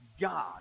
God